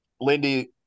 Lindy